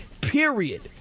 period